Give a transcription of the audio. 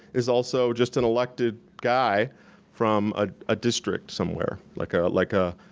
is also just an elected guy from ah a district somewhere. like ah like a